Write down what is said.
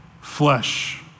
flesh